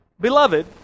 Beloved